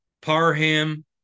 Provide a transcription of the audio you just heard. Parham